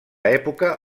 època